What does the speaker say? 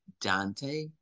Dante